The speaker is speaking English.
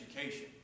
education